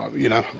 you know,